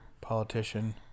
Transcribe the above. politician